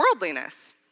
worldliness